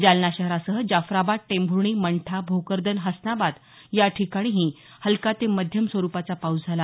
जालना शहरासह जाफराबाद टेंभूर्णी मंठा भोकरदन हसनाबाद या ठिकाणीही हलका ते मध्यम स्वरूपाचा पाऊस झाला